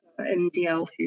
NDL